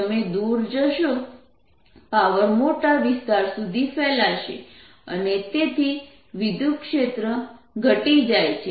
તમે દૂર જશો પાવર મોટા વિસ્તાર સુધી ફેલાશે અને તેથી વિદ્યુતક્ષેત્ર ઘટી જાય છે